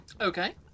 okay